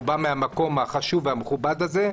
הוא בא מהמקום החשוב והמכובד הזה.